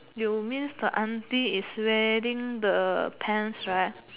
you means the auntie is wearing the pants right